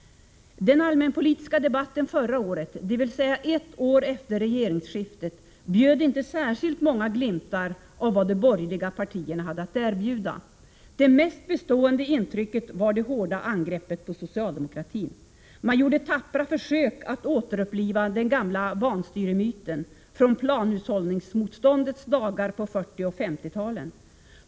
Den allmänpolitiska debatten förra året, dvs. ett år efter regeringsskiftet, bjöd inte särskilt många glimtar av vad de borgerliga partierna hade att erbjuda. Det mest bestående intrycket var de hårda angreppen på socialdemokratin. Man gjorde tappra försök att återuppliva den gamla vanstyresmyten från planhushållningsmotståndets dagar på 1940 och 1950-talen.